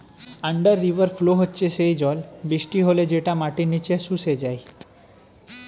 under river flow হচ্ছে সেই জল বৃষ্টি হলে যেটা মাটির নিচে শুষে যায়